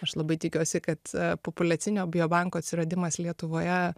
aš labai tikiuosi kad populiacinio biobanko atsiradimas lietuvoje